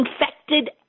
infected